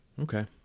Okay